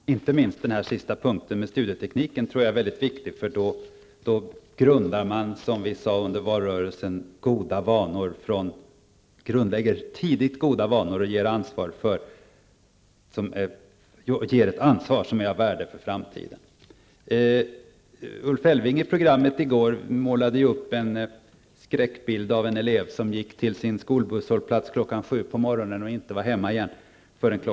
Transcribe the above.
Fru talman! Inte minst den sista punkten om studietekniken tror jag är väldigt viktig. Då grundlägger man nämligen, som vi sade under valrörelsen, goda vanor och ger ett ansvar som är av värde för framtiden. Ulf Elfving målade i gårdagens program upp en skräckbild av en elev som gick till skolbussen kl. 7.00 på morgonen och som inte var hemma igen förrän kl.